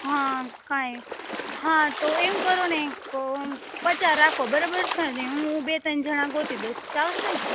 હ કંઈ હા તો એમ કરો ને એક પચાસ રાખો બરાબર છે ને હું બે ત્રણ જણા ગોતી દઈશ ચાલશે ને